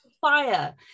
fire